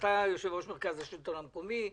אתה יושב ראש מרכז השלטון המקומי.